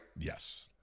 Yes